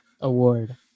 Award